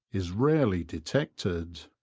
is rarely detected.